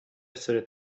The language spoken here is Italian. essere